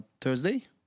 Thursday